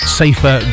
safer